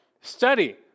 Study